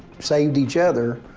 saved each other.